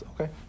Okay